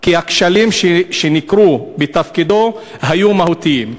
כי הכשלים שניכרו בתפקודו היו מהותיים.